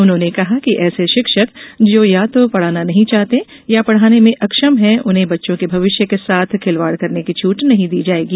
उन्होंने कहा कि ऐसे शिक्षक जो या तो पढ़ाना नहीं चाहते या पढ़ाने में अक्षम हैं उन्हें बच्चों के भविष्य के साथ खिलवाड़ करने की छूट नहीं दी जाएगी